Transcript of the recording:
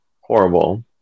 Horrible